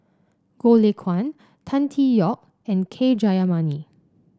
Goh Lay Kuan Tan Tee Yoke and K Jayamani